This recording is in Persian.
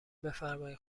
بفرمایین